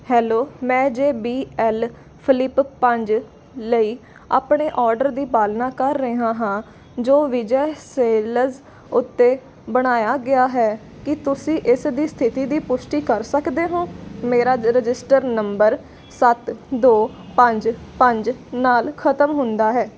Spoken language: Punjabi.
ਹੈਲੋ ਮੈਂ ਜੇ ਬੀ ਐਲ ਫਲਿੱਪ ਪੰਜ ਲਈ ਆਪਣੇ ਓਡਰ ਦੀ ਪਾਲਣਾ ਕਰ ਰਿਹਾ ਹਾਂ ਜੋ ਵਿਜੈ ਸੇਲਜ਼ ਉੱਤੇ ਬਣਾਇਆ ਗਿਆ ਹੈ ਕੀ ਤੁਸੀਂ ਇਸ ਦੀ ਸਥਿਤੀ ਦੀ ਪੁਸ਼ਟੀ ਕਰ ਸਕਦੇ ਹੋ ਮੇਰਾ ਰਜਿਸਟਰਡ ਨੰਬਰ ਸੱਤ ਦੋ ਪੰਜ ਪੰਜ ਨਾਲ ਖਤਮ ਹੁੰਦਾ ਹੈ